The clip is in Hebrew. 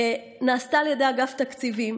נעשה על ידי אגף התקציבים,